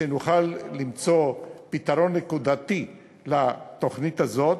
1. שנוכל למצוא פתרון נקודתי לתוכנית הזאת,